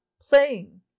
playing